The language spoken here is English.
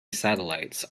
satellites